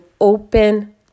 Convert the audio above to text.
open